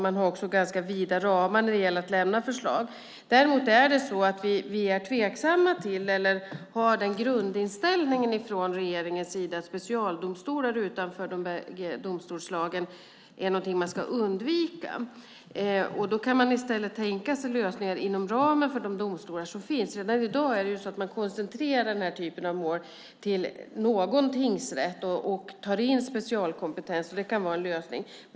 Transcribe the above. Man har också ganska vida ramar när det gäller att lämna förslag. Däremot är vi tveksamma till specialdomstolar och har den grundinställningen från regeringens sida att specialdomstolar utanför de bägge domstolsslagen är någonting man ska undvika. I stället kan vi tänka oss lösningar inom ramen för de domstolar som finns. Redan i dag koncentrerar man den här typen av mål till någon tingsrätt och tar in specialkompetens. Det kan vara en lösning.